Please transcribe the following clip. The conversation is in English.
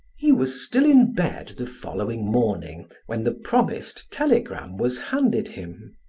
he was still in bed the following morning when the promised telegram was handed him.